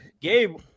Gabe